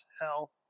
hell